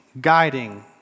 guiding